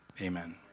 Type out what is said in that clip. Amen